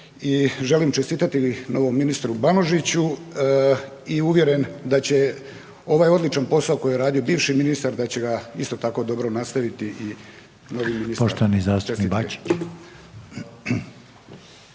želim čestitati novom ministru Banožiću i uvjeren da će ovaj odličan posao koji je radio bivši ministar, da će ga isto tako dobro nastaviti